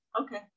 Okay